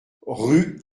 rue